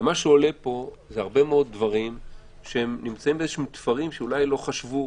ומה שעולה פה זה הרבה מאוד דברים שנמצאים בתפרים שאולי לא חשבנו,